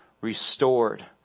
restored